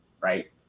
right